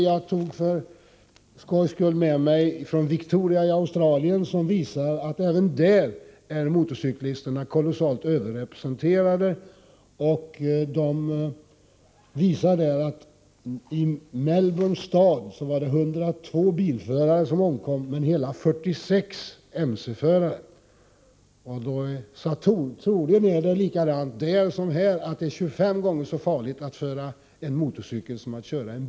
Jag tog för skojs skull med mig ett informationsblad från Victoria i Australien som visar att motorcyklisterna även där är kolossalt överrepresenterade beträffande trafikolyckor. För Melbourne redovisar man 102 omkomna bilförare men hela 46 omkomna mce-förare. Troligen är det likadant där som här — att det är 25 gånger så farligt att köra mc som att köra bil.